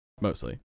mostly